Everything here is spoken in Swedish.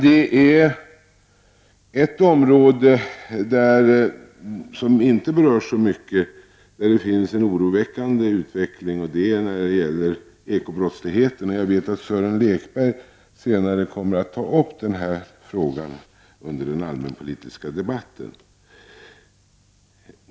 På ett område, som inte har berörts så mycket, finns en oroväckande utveckling, och det är när det gäller ekobrottslighet. Jag vet att Sören Lekberg senare under den allmänpolitiska debatten kommer att ta upp denna fråga.